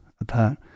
apart